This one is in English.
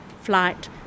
flight